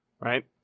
right